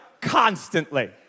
constantly